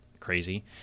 crazy